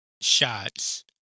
shots